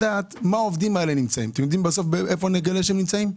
אתם יודעים איפה נגלה שהם נמצאים?